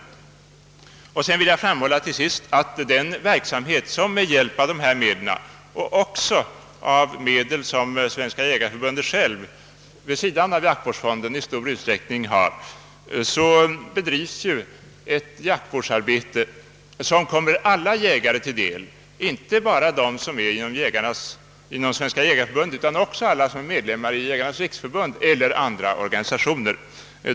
Till sist vill jag framhålla att den verksamhet, som bedrivs med hjälp av jaktvårdsfondens medel och också med hjälp av medel som Svenska jägareförbundet självt vid sidan av jaktvårdsfonden i stor utsträckning förfogar över, kommer alla jägare till del, inte bara dem som är anslutna till Svenska jägareförbundet utan också alla som är medlemmar av Jägarnas riksförbund eller andra organisationer.